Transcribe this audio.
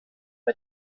der